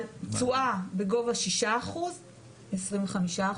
על תשואה בגובה 6%, - 25%,